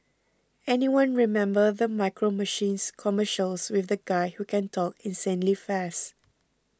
anyone remember the Micro Machines commercials with the guy who can talk insanely fast